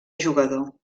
jugador